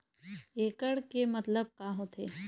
एकड़ के मतलब का होथे?